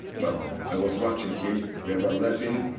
but i was watching him. they were laughing.